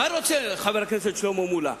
מה רוצה חבר הכנסת שלמה מולה?